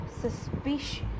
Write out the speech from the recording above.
suspicious